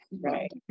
right